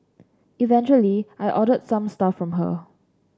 eventually I ordered some stuff from her